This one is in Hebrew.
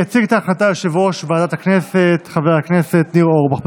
יציג את ההצעה יושב-ראש ועדת הכנסת חבר הכנסת ניר אורבך.